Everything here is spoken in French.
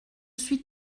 suis